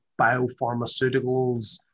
biopharmaceuticals